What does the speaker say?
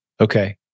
Okay